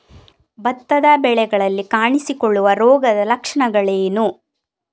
ಭತ್ತದ ಬೆಳೆಗಳಲ್ಲಿ ಕಾಣಿಸಿಕೊಳ್ಳುವ ರೋಗದ ಲಕ್ಷಣಗಳೇನು?